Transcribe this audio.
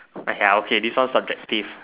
!aiya! okay this one subjective